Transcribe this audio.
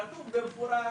כתוב במפורש